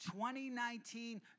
2019